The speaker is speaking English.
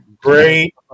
Great